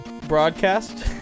broadcast